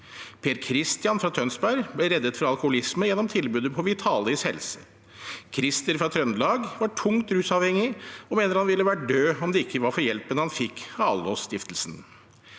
Per-Kristian fra Tønsberg ble reddet fra alkoholisme gjennom tilbudet på Vitalis Helse. Krister fra Trøndelag var tungt rusavhengig og mener han ville vært død om det ikke var for hjelpen han fikk ved Allos Stiftelsen.